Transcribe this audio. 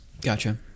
gotcha